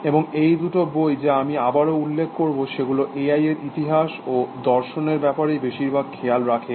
এবং এই দুটো বই যা আমি আবারও উল্লেখ করব সেগুলো এআই এর ইতিহাস ও দর্শনের ব্যাপারেই বেশিরভাগ খেয়াল রাখে